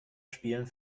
spielen